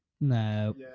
No